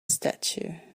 statue